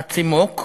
הצימוק: